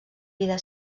vida